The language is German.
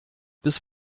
bis